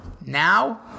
Now